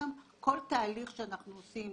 כל תהליך שאנחנו עושים,